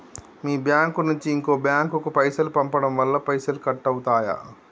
మీ bank నుంచి ఇంకో bank కు పైసలు పంపడం వల్ల పైసలు కట్ అవుతయా?